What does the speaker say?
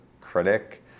critic